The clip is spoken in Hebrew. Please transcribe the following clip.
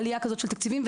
עלייה כזאת של תקציבים.